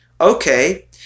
okay